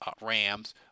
Rams